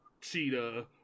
Cheetah